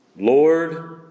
Lord